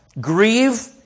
Grieve